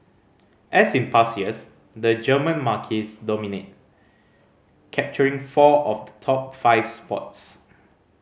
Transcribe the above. as in past years the German marques dominate capturing four of the top five spots